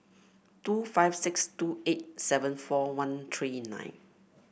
two five six two eight seven four one three nine